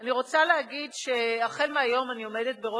אני רוצה להגיד שמהיום אני עומדת בראש